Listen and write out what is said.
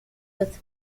with